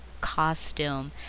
costume